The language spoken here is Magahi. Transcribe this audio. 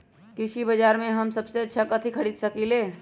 कृषि बाजर में हम सबसे अच्छा कथि खरीद सकींले?